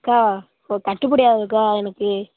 அக்கா ஓ கட்டுப்படி ஆகாதுக்கா எனக்கு